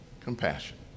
compassion